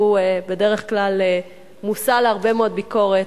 שהוא בדרך כלל מושא להרבה מאוד ביקורת,